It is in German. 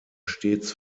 stets